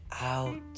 out